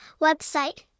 website